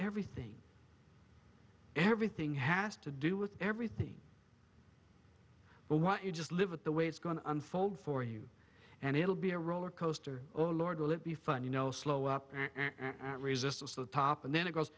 everything everything has to do with everything but what you just live with the way it's going to unfold for you and it'll be a roller coaster oh lord will it be fun you know slow up or at resistance to the top and then it goes